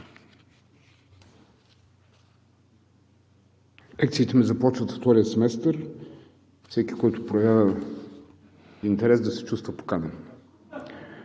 Лекциите ми започват от втория семестър. Всеки, който проявява интерес, да се чувства поканен.